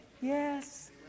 Yes